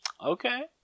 Okay